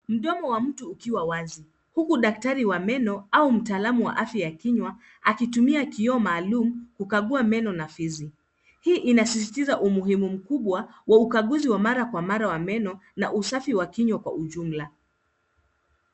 Mdomo wa mtu ukiwa wazi huku daktari wa meno au mtaalamu wa afya ya kinywa akitumia kioo maalum kukagua meno na fizi. Hii inasisitiza umuhimu mkubwa wa ukaguzi wa mara kwa mara wa meno na usafi wa kinywa kwa ujumla.